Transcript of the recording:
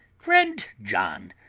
friend john,